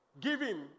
giving